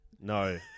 No